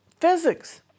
physics